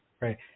Right